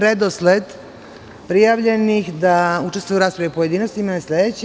Redosled prijavljenih da učestvuju u raspravi u pojedinostima je sledeći.